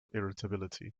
irritability